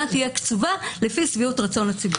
תהיה קצובה לפי שביעות רצון הציבור.